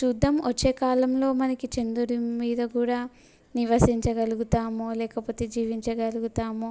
చూద్దాం వచ్చే కాలంలో మనకు చంద్రుడి మీద కూడా నివసించగలుగుతామో లేకపోతే జీవించగలుగుతామో